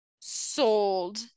sold